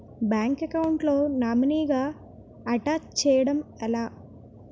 Bank account లో నామినీగా attach చేయడం ఎలా?